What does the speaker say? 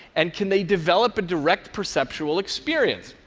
and can they develop a direct perceptual experience?